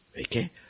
Okay